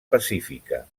pacífica